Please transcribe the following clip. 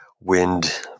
wind